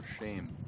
shame